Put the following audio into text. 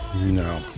No